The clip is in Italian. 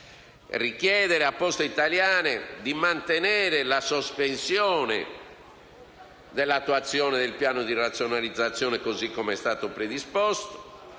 chiediamo a Poste italiane di mantenere la sospensione dell'attuazione del piano di razionalizzazione, così com'è stato predisposto,